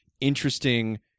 interesting